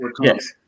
Yes